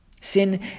Sin